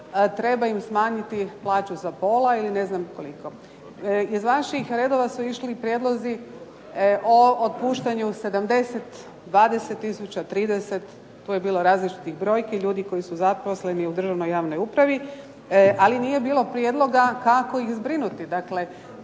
Treba im smanjiti plaću za pola ili ne znam koliko. Iz vaših redova su išli prijedlozi o otpuštanju 70, 20000, 30. Tu je bilo različitih brojki. Ljudi koji su zaposleni u državnoj i javnoj upravi, ali nije bilo prijedloga kako ih zbrinuti.